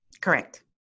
Correct